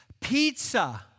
Pizza